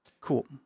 Cool